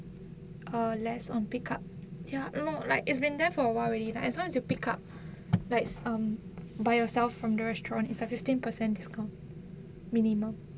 err less on pick up ya no like it's been there for a while already lah as long as you pick up like um by yourself from the restaurant is a fifteen percent discount minimum